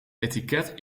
etiket